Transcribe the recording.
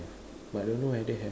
but don't know whether have